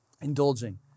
Indulging